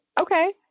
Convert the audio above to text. Okay